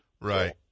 Right